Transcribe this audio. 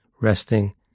resting